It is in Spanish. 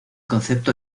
concepto